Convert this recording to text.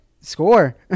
score